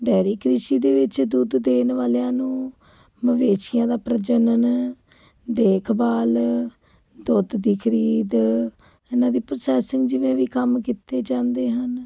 dairy ਕ੍ਰਿਸ਼ੀ ਦੇ ਵਿੱਚ ਦੁੱਧ ਦੇਣ ਵਾਲਿਆਂ ਨੂੰ ਬਵੇਸ਼ੀਆਂ ਦਾ ਪ੍ਰਜਨਨ ਦੇਖਭਾਲ ਦੁੱਧ ਦੀ ਖਰੀਦ ਇਹਨਾਂ ਦੀ ਪ੍ਰੋਸੈਸਿੰਗ ਜਿਵੇਂ ਵੀ ਕੰਮ ਕੀਤੇ ਜਾਂਦੇ ਹਨ